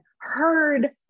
heard